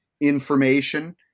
information